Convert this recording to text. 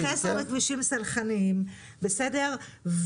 חסר בכבישים סלחניים, בסדר?